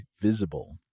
Visible